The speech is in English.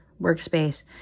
workspace